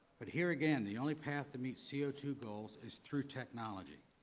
but here again the only path to meet c o two goals is true technology.